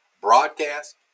broadcast